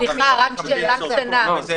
שאלה קטנה.